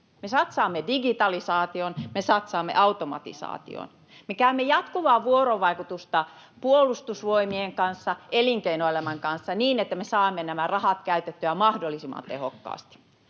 Me satsaamme digitalisaatioon, me satsaamme automatisaatioon. Me käymme jatkuvaa vuorovaikutusta Puolustusvoimien kanssa, elinkeinoelämän kanssa, niin että me saamme nämä rahat käytettyä mahdollisimman tehokkaasti.